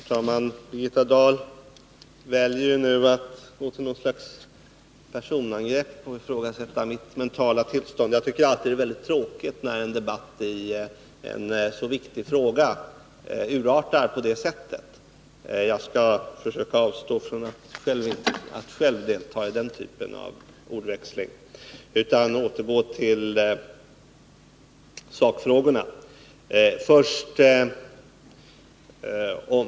Herr talman! Birgitta Dahl väljer nu att gå till något slags personangrepp och ifrågasätta mitt mentala tillstånd. Jag tycker alltid att det är väldigt tråkigt när en debatt i en så viktig fråga urartar på det sättet. Jag skall försöka avstå från att själv delta i den typen av ordväxling och i stället återgå till sakfrågorna.